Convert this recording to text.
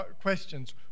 questions